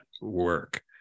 work